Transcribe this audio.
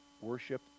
worship